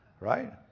Right